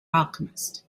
alchemist